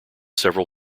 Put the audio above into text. several